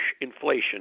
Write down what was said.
inflation